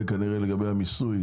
לגבי כנראה לגבי המיסוי,